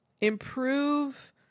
improve